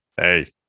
hey